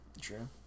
True